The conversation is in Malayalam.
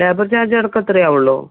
ലേബർ ചാർജ് അടക്കം അത്രയേ ആവുകയുള്ളൂ